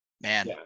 Man